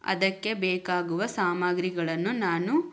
ಅದಕ್ಕೆ ಬೇಕಾಗುವ ಸಾಮಗ್ರಿಗಳನ್ನು ನಾನು